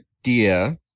idea